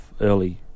early